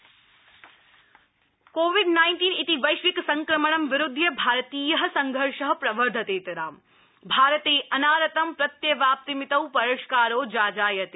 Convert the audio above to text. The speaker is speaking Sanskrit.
कोविड कोविड नाइन्टीन इति वैश्विक संक्रमणं विरुध्य भारतीय संघर्ष प्रवर्धतेतराम भारते अनारतं प्रत्यवाप्तिमितौ परिष्कारो जाजायते